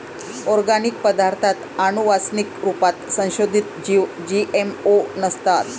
organic पदार्ताथ आनुवान्सिक रुपात संसोधीत जीव जी.एम.ओ नसतात